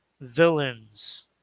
villains